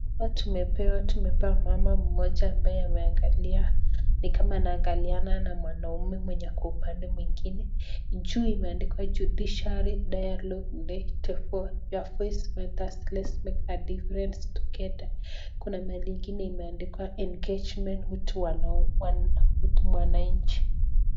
Hapa tumepewa mama mmoja ambaye ameangalia ni kama anaangaliana na mwanaume mwenye ako upande mwingine, juu imeandikwa The Judiciary diaa; ogue Day, your voice matters, let's make a difference together . Kuna mahali ingine imeandikwa engagement with mwananchi.